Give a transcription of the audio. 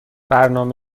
برنامه